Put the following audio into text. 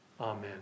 Amen